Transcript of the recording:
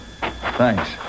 Thanks